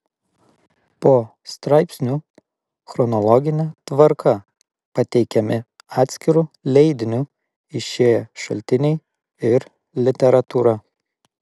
po straipsniu chronologine tvarka pateikiami atskiru leidiniu išėję šaltiniai ir literatūra